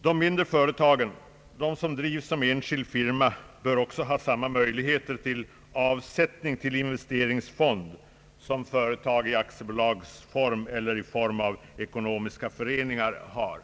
De mindre företagen, de som drivs som enskild firma, bör också ha samma möjligheter till avsättning till investeringsfond som företag i aktiebolagsform eller i form av ekonomiska föreningar har.